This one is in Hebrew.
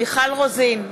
מיכל רוזין,